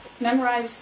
memorize